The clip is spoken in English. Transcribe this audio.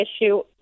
issue